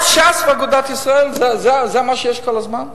רק ש"ס ואגודת ישראל, זה מה שיש כל הזמן.